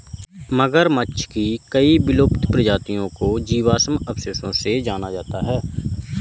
मगरमच्छ की कई विलुप्त प्रजातियों को जीवाश्म अवशेषों से जाना जाता है